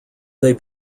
they